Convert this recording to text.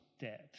dead